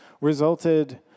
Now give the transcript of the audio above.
resulted